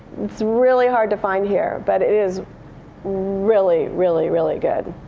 it's really hard to find here, but it is really, really, really good.